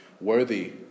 worthy